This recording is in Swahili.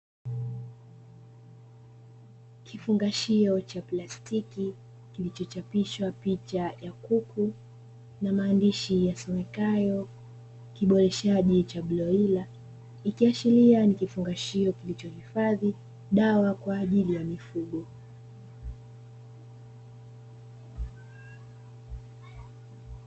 Kifungashio cha plastiki kilichochapishwa picha ya kuku na maandishi yasomekayo kiboreshaji cha broila ikiashiria nikifungashio kilichohifadhi dawa kwa ajili ya mifugo.